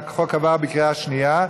החוק עבר בקריאה שנייה.